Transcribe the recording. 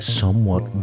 somewhat